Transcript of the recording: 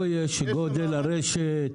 פה יש הגבלות על גודל הרשת,